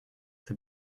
the